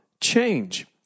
change